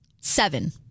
Seven